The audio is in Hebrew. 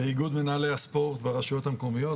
באיגוד מנהלי הספורט ברשויות המקומיות,